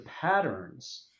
patterns